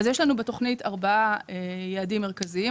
אז יש לנו בתוכנית ארבעה יעדים מרכזיים,